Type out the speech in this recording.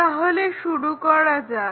তাহলে শুরু করা যাক